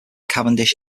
cavendish